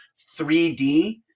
3D